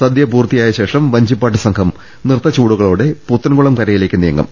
സദ്യ പൂർത്തിയായ ശേഷം വഞ്ചിപ്പാട്ട് സംഘം നൃത്തച്ചുവടുകളോടെ പുത്തൻകുളം കരയിലേക്ക് നീങ്ങും